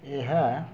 ଏହା